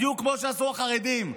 בדיוק כמו שעשו החרדים: